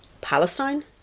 Palestine